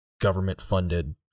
government-funded